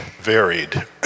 varied